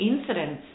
incidents